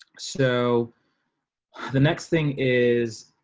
so the next thing is,